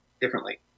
differently